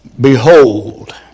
Behold